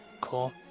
cool